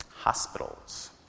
Hospitals